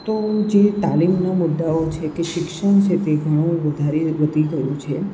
તો જે તાલીમના મુદ્દાઓ છે કે શિક્ષણ છે તે ઘણું વધારે વધી ગયું છે